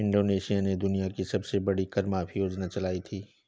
Indonesia ने दुनिया की सबसे बड़ी कर माफी योजना चलाई थी